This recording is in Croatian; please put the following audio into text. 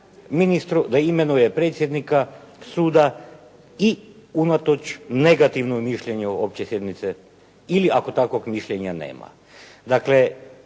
ministru da imenuje predsjednika suda i unatoč negativnom mišljenju opće sjednice ili ako takvog mišljenja nema. Dakle,